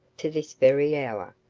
to this very hour,